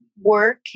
work